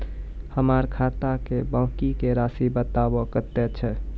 हमर खाता के बाँकी के रासि बताबो कतेय छै?